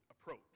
approach